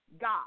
God